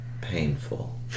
painful